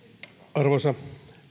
arvoisa